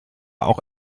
auch